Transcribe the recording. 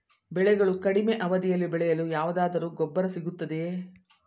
ಬೆಳೆಗಳು ಕಡಿಮೆ ಅವಧಿಯಲ್ಲಿ ಬೆಳೆಯಲು ಯಾವುದಾದರು ಗೊಬ್ಬರ ಸಿಗುತ್ತದೆಯೇ?